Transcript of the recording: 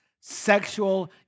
sexual